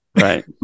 right